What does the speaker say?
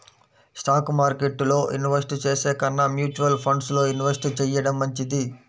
stock మార్కెట్టులో invest చేసే కన్నా మ్యూచువల్ ఫండ్స్ లో ఇన్వెస్ట్ చెయ్యడం మంచిది